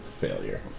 failure